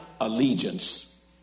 allegiance